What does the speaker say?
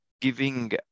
giving